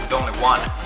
only one